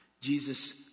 Jesus